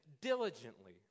diligently